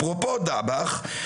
אפרופו דבח,